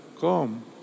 come